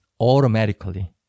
automatically